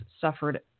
suffered